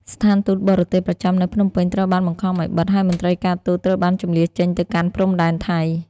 ស្ថានទូតបរទេសប្រចាំនៅភ្នំពេញត្រូវបានបង្ខំឱ្យបិទ ហើយមន្ត្រីការទូតត្រូវបានជម្លៀសចេញទៅកាន់ព្រំដែនថៃ។